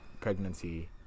pregnancy